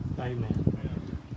Amen